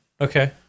Okay